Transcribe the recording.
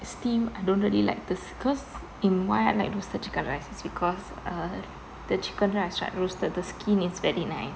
steam I don't really like the cause in why I like roasted chicken rice is because uh the chicken rice right roasted the skin is very nice